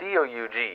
Doug